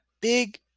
big